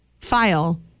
file